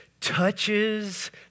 touches